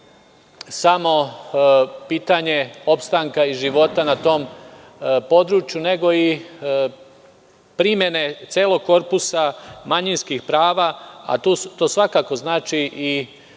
samo pitanje opstanka i života na tom području, nego i primene celog korpusa manjinskih prava, a to svakako znači i